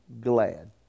glad